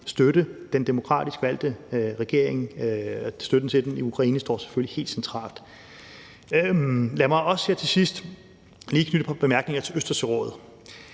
støtte den demokratisk valgte regering. Støtten til den i Ukraine står selvfølgelig helt centralt. Lad mig også her til sidst lige knytte et par bemærkninger til Østersørådet.